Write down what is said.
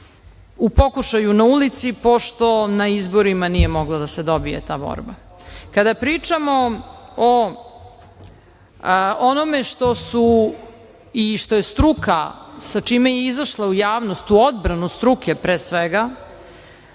u pokušaju na ulici pošto na izborima nije moglo da se dobije ta borba. Kada pričamo o onome što su i što je struka sa čime je izašla u javnost u odbranu struke pre svega,